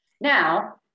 Now